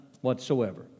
Whatsoever